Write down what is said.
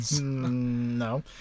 No